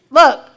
look